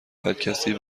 هرکسی